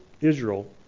Israel